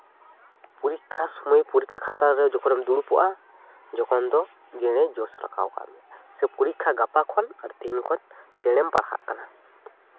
ᱯᱚᱨᱤᱠᱠᱷᱟ ᱥᱚᱢᱚᱭ ᱯᱚᱨᱤᱠᱠᱷᱟ ᱠᱷᱟᱛᱟ ᱨᱮ ᱡᱚᱠᱷᱚᱱᱮᱢ ᱫᱩᱲᱩᱵᱚᱜᱼᱟ ᱡᱚᱠᱷᱚᱱ ᱫᱚ ᱡᱟᱹᱱᱤᱪ ᱡᱳᱥ ᱨᱟᱠᱟᱵ ᱟᱠᱟᱫ ᱢᱮᱭᱟ ᱥᱮ ᱯᱚᱨᱤᱠᱠᱷᱟ ᱜᱟᱯᱟ ᱠᱷᱚᱱ ᱟᱨ ᱛᱮᱦᱤᱧ ᱠᱷᱚᱱ ᱡᱷᱟᱲᱮᱢ ᱯᱟᱲᱦᱟᱜ ᱠᱟᱱᱟ